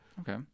Okay